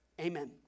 amen